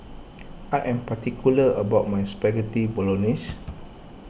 I am particular about my Spaghetti Bolognese